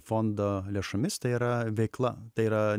fondo lėšomis tai yra veikla tai yra